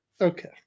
Okay